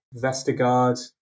Vestergaard